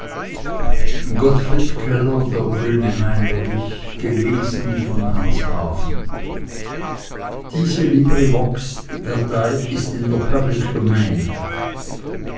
gottfried keller der